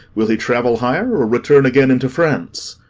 will he travel higher, or return again into france?